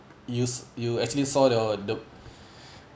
use you actually saw your the